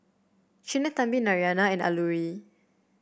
Sinnathamby Narayana and Alluri